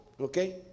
Okay